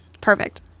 Perfect